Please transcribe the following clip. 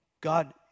God